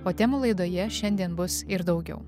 o temų laidoje šiandien bus ir daugiau